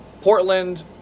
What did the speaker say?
Portland